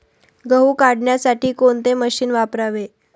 गहू काढण्यासाठी कोणते मशीन वापरावे?